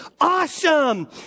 Awesome